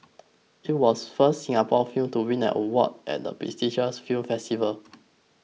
it was first Singapore film to win an award at the prestigious film festival